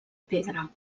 pedra